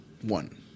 One